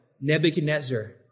Nebuchadnezzar